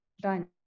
done